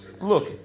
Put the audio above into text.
Look